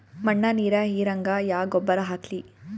ಮಣ್ಣ ನೀರ ಹೀರಂಗ ಯಾ ಗೊಬ್ಬರ ಹಾಕ್ಲಿ?